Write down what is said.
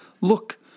look